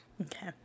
Okay